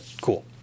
cool